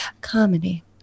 comedy